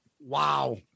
Wow